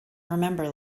remember